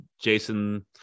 Jason